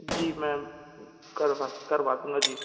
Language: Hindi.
जी मैम करवा करवा दूंगा जी